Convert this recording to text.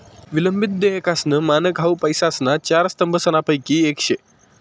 विलंबित देयकासनं मानक हाउ पैसासना चार स्तंभसनापैकी येक शे